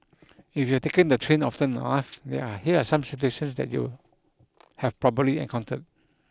if you've taken the train often enough there here are some situations that you'd have probably encountered